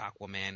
Aquaman